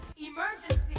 Emergency